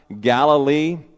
Galilee